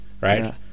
Right